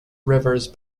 rivers